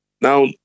Now